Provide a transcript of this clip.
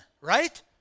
right